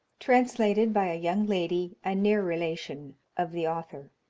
translated by a young lady, a near relation of the author.